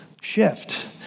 shift